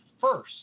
first